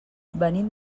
venim